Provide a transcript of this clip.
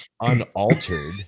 unaltered